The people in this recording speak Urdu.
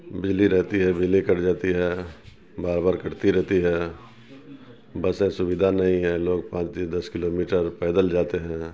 بجلی رہتی ہے بجلی کٹ جاتی ہے بار بار کٹتی رہتی ہے بسیں سویدھا نہیں ہے لوگ پانچ دس کلو میٹر پیدل جاتے ہیں